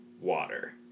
water